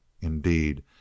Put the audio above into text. Indeed